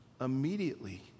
Immediately